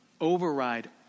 override